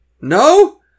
No